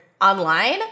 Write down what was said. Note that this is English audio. online